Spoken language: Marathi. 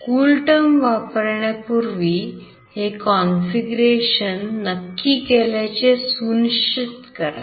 कूलटर्म वापरण्यापूर्वी हे कॉन्फिगरेशन नक्की केल्याचे सुनिश्चित करा